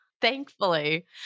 Thankfully